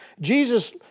Jesus